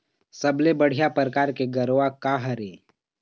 सबले बढ़िया परकार के गरवा का हर ये?